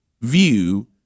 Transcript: view